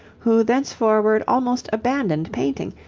who thenceforward almost abandoned painting,